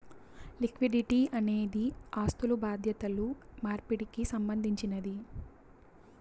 liquidity అనేది ఆస్థులు బాధ్యతలు మార్పిడికి సంబంధించినది